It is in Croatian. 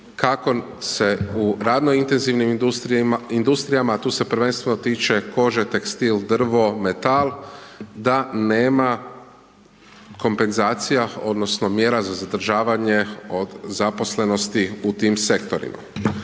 kako se u radno intenzivnim industrijama a tu se prvenstveno tiče koža, tekstil, drvo, metal, da nema kompenzacija odnosno mjera za zadržavanje od zaposlenosti u tim sektorima.